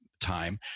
time